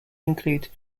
include